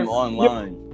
online